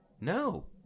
No